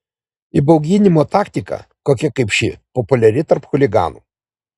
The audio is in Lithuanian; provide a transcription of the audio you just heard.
įbauginimo taktika tokia kaip ši populiari tarp chuliganų